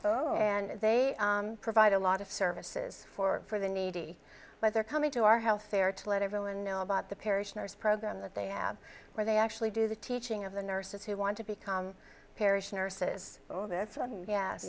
system and they provide a lot of services for for the needy but they're coming to our health fair to let everyone know about the parish nurse program that they have where they actually do the teaching of the nurses who want to become parish nurses or this one ye